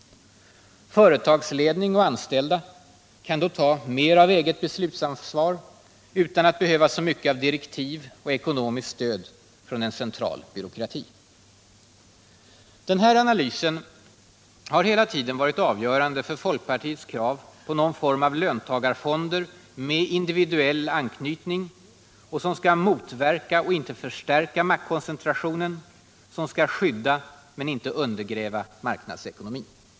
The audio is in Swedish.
Företagsledning och anställda kan då ta mer av eget beslutsansvar, utan att behöva så mycket av direktiv och ekonomiskt stöd från en central byråkrati. Den här analysen har hela tiden varit avgörande för folkpartiets krav på någon form av löntagarfonder med individuell anknytning och som skall motverka och inte förstärka maktkoncentrationen, som skall skydda, men inte undergräva marknadsekonomin.